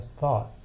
thought